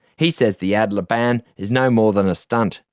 he says the adler ban is no more than a stunt.